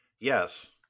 Yes